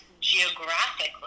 geographically